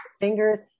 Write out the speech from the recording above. fingers